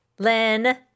Len